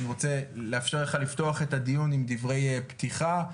אני רוצה לאפשר לך לפתוח את הדיון עם דברי פתיחה.